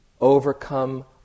Overcome